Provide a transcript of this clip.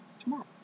tomorrow